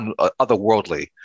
otherworldly